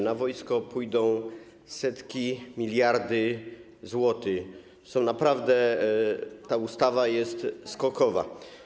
Na wojsko pójdą setki miliardów złotych, naprawdę ta ustawa jest skokowa.